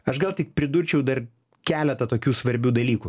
aš gal tik pridurčiau dar keletą tokių svarbių dalykų